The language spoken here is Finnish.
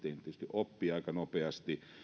oppii aika nopeasti